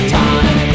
time